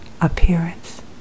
appearance